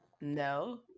No